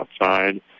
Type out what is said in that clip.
outside